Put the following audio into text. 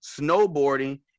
snowboarding